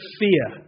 fear